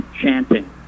chanting